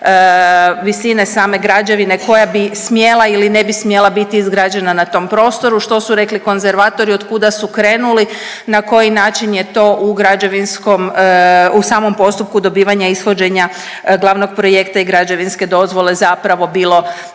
visine same građevine koja bi smjela ili ne bi smjela biti izgrađena na tom prostoru, što su rekli konzervatori od kuda su krenuli, na koji način je to u građevinskom, u samom postupku dobivanja ishođenja glavnog projekta i građevinske dozvole zapravo bilo